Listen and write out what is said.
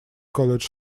college